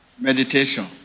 Meditation